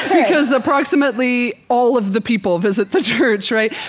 because approximately all of the people visit the church, right?